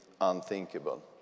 unthinkable